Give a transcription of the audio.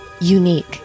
unique